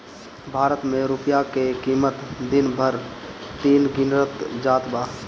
भारत के रूपया के किमत दिन पर दिन गिरत जात बा